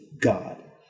God